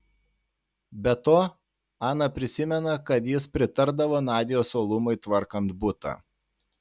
be to ana prisimena kad jis pritardavo nadios uolumui tvarkant butą